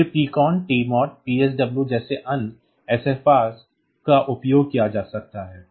फिर PCON TMOD PSW जैसे अन्य SFRs का उपयोग किया जा सकता है